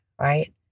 right